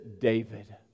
David